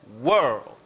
world